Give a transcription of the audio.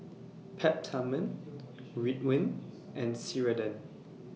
Peptamen Ridwind and Ceradan